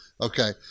Okay